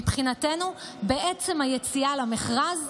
מבחינתנו, בעצם היציאה למכרז,